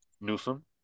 Newsom